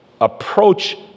Approach